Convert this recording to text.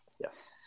yes